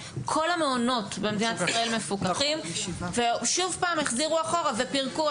כל המעונות במדינת ישראל מפוקחים ושוב פעם החזירו אחורה ופירקו,